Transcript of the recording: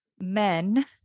men